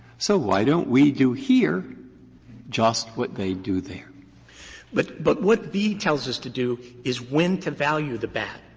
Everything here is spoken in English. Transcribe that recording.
so why don't we do here just what they do there. green but but what b tells us to do is when to value the bat,